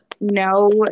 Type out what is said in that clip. no